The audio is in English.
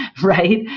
right?